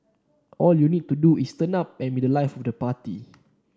all you need to do is turn up and be the life of the party